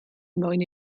mwyn